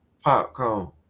Popcorn